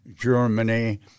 Germany